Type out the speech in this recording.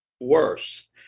worse